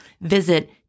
Visit